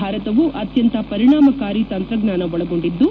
ಭಾರತವು ಅತ್ಯಂತ ಪರಿಣಾಮಕಾರಿ ತಂತ್ರಜ್ಞಾನ ಒಳಗೊಂಡಿದ್ದು